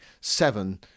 seven